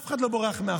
אף אחד לא בורח מאחריות.